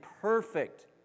perfect